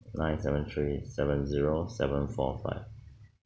nine seven three seven zero seven four five